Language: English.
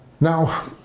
Now